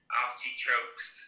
artichokes